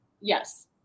Yes